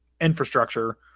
infrastructure